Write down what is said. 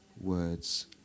words